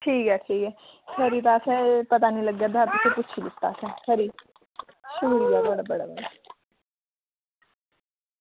ठीक ऐ ठीक ऐ खरी एह् असेंगी पता निं लग्गा दी ते खरी ते ठीक ऐ थुआढ़ा बड़ा बड़ा धन्नवाद